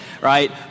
right